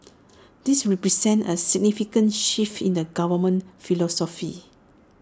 this represents A significant shift in the government's philosophy